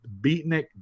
beatnik